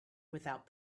without